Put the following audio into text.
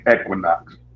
equinox